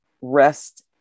rest